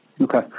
okay